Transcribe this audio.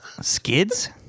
Skids